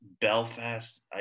Belfast